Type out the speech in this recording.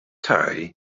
tai